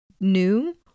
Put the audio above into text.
new